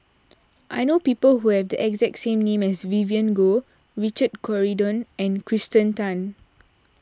I know people who have the exact name as Vivien Goh Richard Corridon and Kirsten Tan